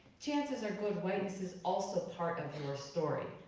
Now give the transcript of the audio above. chances are good whiteness is also part of your story,